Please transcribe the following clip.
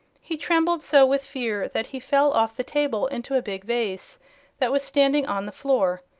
he trembled so with fear that he fell off the table into a big vase that was standing on the floor.